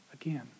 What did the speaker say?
again